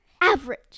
average